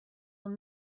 will